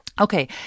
Okay